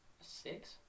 Six